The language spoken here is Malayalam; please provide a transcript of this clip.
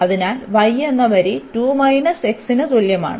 അതിനാൽ y എന്ന വരി ന് തുല്യമാണ്